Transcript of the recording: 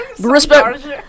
respect